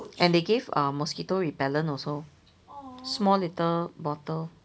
and they gave uh mosquito repellent also small little bottle